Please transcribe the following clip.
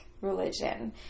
religion